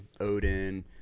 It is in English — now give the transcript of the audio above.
odin